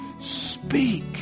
speak